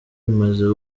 imaze